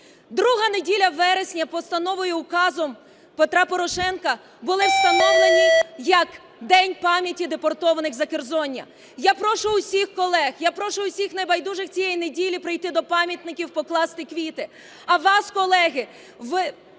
Друга неділя вересня – постановою і указом Петра Порошенка була встановлена як День пам'яті депортованих Закерзоння. Я прошу всіх колег, я прошу всіх небайдужих цієї неділі прийти до пам'ятників, покласти квіти. А вас, колеги, –